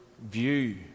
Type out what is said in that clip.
view